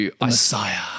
Messiah